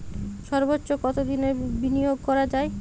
সর্বোচ্চ কতোদিনের বিনিয়োগ করা যায়?